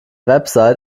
website